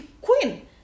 queen